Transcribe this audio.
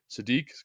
Sadiq